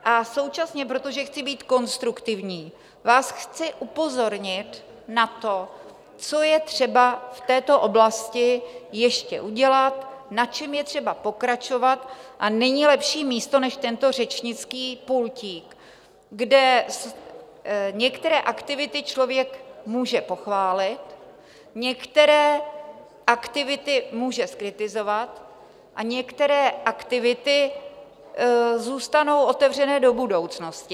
A současně, protože chci být konstruktivní, vás chci upozornit na to, co je třeba v této oblasti ještě udělat, na čem je třeba pokračovat, a není lepší místo než tento řečnický pultík, kde některé aktivity člověk může pochválit, některé aktivity může zkritizovat a některé aktivity zůstanou otevřené do budoucnosti.